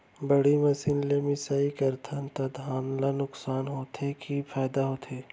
बड़ी मशीन ले मिसाई करथन त धान ल नुकसान होथे की फायदा होथे?